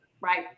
Right